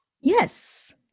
Yes